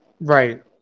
Right